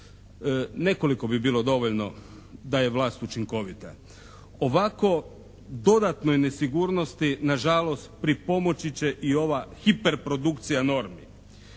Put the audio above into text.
Nekoliko bi bilo dovoljno da je vlast učinkovita. Ovako dodatnoj nesigurnosti na žalost pripomoći će i ova hiper produkcija normi.